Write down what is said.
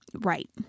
Right